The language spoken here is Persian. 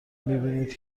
میبینید